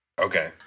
Okay